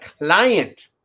client